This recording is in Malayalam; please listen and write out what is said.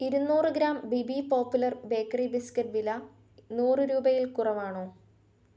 ഇരുന്നൂറ് gram B B popular bakery biscuit വില നൂറ് രൂപയിൽ കുറവാണോ